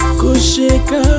kushika